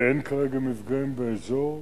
ואין כרגע מפגעים באזור.